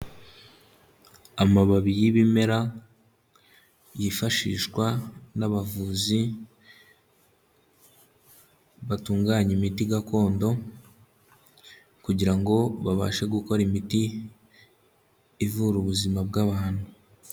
Amababi y'ibimera yifashishwa n'abavuzi batunganya imiti gakondo kugira ngo babashe gukora imiti ivura ubuzima bw'abantu.